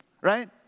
Right